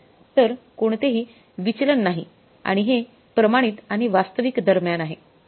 तर कोणतेही विचलन नाही आणि हे प्रमाणित आणि वास्तविक दरम्यान आहे